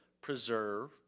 preserve